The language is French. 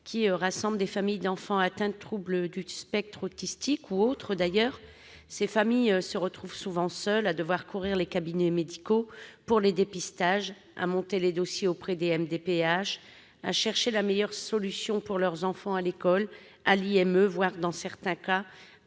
qui rassemble des familles d'enfants atteints de troubles du spectre autistique, TSA, ou autres. Ces familles se retrouvent souvent seules à devoir courir les cabinets médicaux pour les dépistages, à monter les dossiers auprès des MDPH, à chercher la meilleure solution pour l'accueil de leurs enfants à l'école, en institut